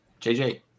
JJ